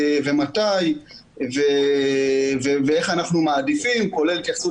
מתי ואיך אנחנו מעדיפים כולל התייחסות